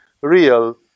real